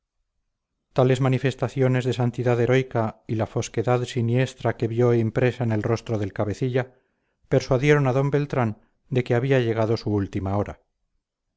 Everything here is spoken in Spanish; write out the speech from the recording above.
verdugos tales manifestaciones de santidad heroica y la fosquedad siniestra que vio impresa en el rostro del cabecilla persuadieron a d beltrán de que había llegado su última hora